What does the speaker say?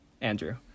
Andrew